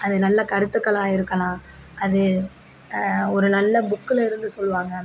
அது நல்ல கருத்துக்களாக இருக்கலாம் அது ஒரு நல்ல புக்கிலருந்து சொல்வாங்க